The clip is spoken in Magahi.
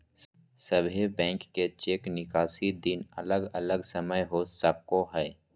सभे बैंक के चेक निकासी दिन अलग अलग समय हो सको हय